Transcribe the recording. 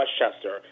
Westchester